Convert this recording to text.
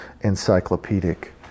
encyclopedic